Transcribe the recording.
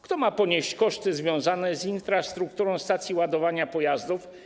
Kto ma ponieść koszty związane z infrastrukturą stacji ładowania pojazdów?